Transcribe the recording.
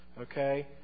okay